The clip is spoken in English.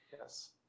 Yes